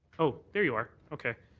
so there you are. okay.